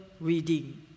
reading